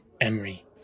Emery